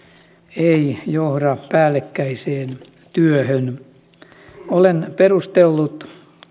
ei johda päällekkäiseen työhön olen perustellut